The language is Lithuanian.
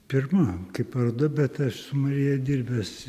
pirma taip paroda bet aš su marija dirbęs